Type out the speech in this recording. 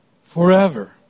forever